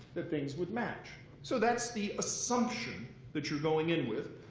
that things would match. so that's the assumption that you're going in with.